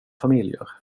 familjer